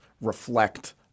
reflect